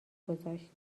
گذاشت